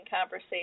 conversation